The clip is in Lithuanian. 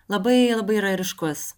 labai labai yra ryškus